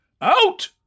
Out